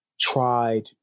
tried